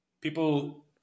People